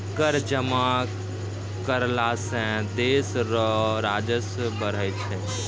कर जमा करला सं देस रो राजस्व बढ़ै छै